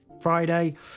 Friday